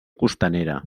costanera